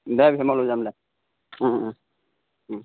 দে পিছত মই লৈ যাম দে অঁ অঁ